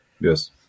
Yes